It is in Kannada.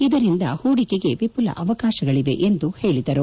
ಇದರಿಂದ ಹೂಡಿಕೆಗೆ ವಿಮಲ ಅವಕಾಶಗಳವೆ ಎಂದು ಅವರು ಹೇಳಿದರು